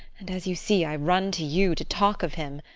and as you see, i run to you to talk of him.